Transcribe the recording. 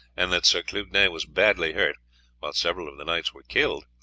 and that sir clugnet was badly hurt, while several of the knights were killed,